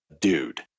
dude